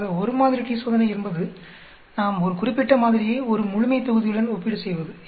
ஆக ஒரு மாதிரி t சோதனை என்பது நாம் ஒரு குறிப்பிட்ட மாதிரியை ஒரு முழுமைத்தொகுதியுடன் ஒப்பீடு செய்வது